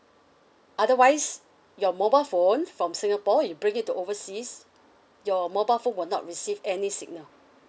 otherwise your mobile phone from singapore you bring it to overseas your mobile phone will not receive any signal